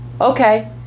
Okay